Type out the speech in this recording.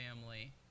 family